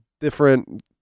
different